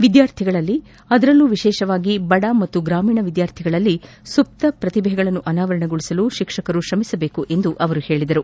ವಿದ್ಯಾರ್ಥಿಗಳಲ್ಲಿನ ಅದರಲ್ಲೂ ವಿಶೇಷವಾಗಿ ಬಡ ಮತ್ತು ಗ್ರಾಮೀಣ ವಿದ್ಯಾರ್ಥಿಗಳಲ್ಲಿನ ಸುಪ್ತ ಪ್ರತಿಭೆಗಳನ್ನು ಅನಾವರಣಗೊಳಿಸಲು ಶಿಕ್ಷಕರು ಶ್ರಮಿಸಬೇಕು ಎಂದು ಅವರು ಹೇಳಿದ್ದಾರೆ